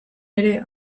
ere